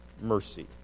mercy